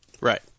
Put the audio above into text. Right